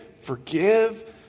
forgive